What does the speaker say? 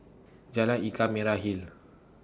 Jalan Ikan Merah Hill